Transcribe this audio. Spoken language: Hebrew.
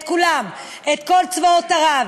את כולם: את כל צבאות ערב,